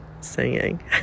singing